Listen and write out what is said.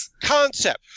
concept